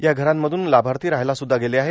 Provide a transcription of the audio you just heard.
या घरांमधून लाभार्थी राहायला सुद्धा गेले आहेत